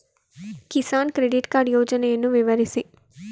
Kisan credit card ಯೋಜನೆಯನ್ನು ವಿವರಿಸಿ?